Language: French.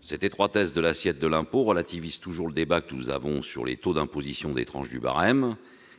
Cette étroitesse de l'assiette de l'impôt relativise toujours le débat que nous avons sur les taux d'imposition des tranches du barème.